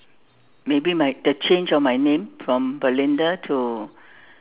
maybe my the change of my name from Belinda to